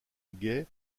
gaie